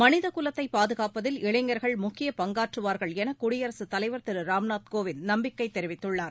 மனித குலத்தை பாதுகாப்பதில் இளைஞர்கள் முக்கிய பங்காற்றுவார்கள் என குடியரசுத் தலைவர் திரு ராம்நாத் கோவிந்த் நம்பிக்கை தெரிவித்துள்ளார்